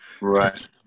Right